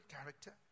character